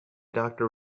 doctor